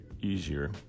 easier